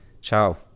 Ciao